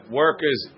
workers